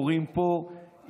הורים פה,